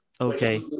okay